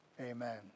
Amen